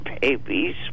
babies